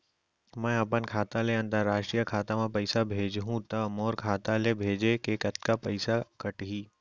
मै ह अपन खाता ले, अंतरराष्ट्रीय खाता मा पइसा भेजहु त मोर खाता ले, भेजे के कतका पइसा कटही?